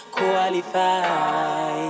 qualify